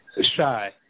Shy